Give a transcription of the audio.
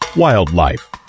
Wildlife